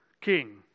king